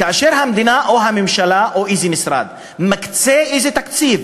כאשר המדינה או הממשלה או איזה משרד מקצה איזה תקציב,